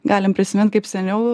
galim prisiminti kaip seniau